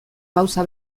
gauza